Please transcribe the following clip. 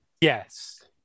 Yes